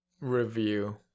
Review